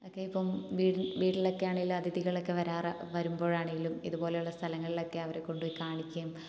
ഒക്കെയിപ്പം വീട്ടിൽ വീട്ടിലൊക്കെ ആണെങ്കിലും അതിഥികളൊക്കെ വരുമ്പോഴാണേലും ഇതുപോലുള്ള സ്ഥലങ്ങളിലൊക്കെ അവരെക്കൊണ്ട് പോയി കാണിക്കുകയും